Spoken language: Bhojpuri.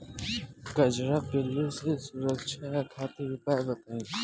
कजरा पिल्लू से सुरक्षा खातिर उपाय बताई?